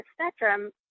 spectrum